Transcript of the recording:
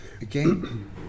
again